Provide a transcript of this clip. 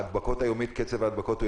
פסק הדין ניתן ביום